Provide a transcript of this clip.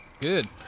Good